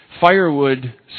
firewood